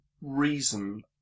reason